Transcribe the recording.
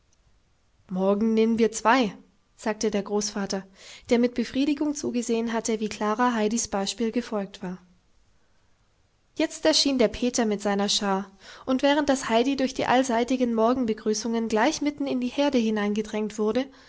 morgen nehmen wir zwei sagte der großvater der mit befriedigung zugesehen hatte wie klara heidis beispiel gefolgt war jetzt erschien der peter mit seiner schar und während das heidi durch die allseitigen morgenbegrüßungen gleich mitten in die herde hineingedrängt wurde